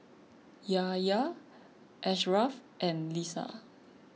Yahya Ashraff and Lisa